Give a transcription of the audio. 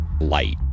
light